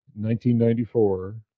1994